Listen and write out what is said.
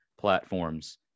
platforms